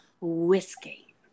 whiskey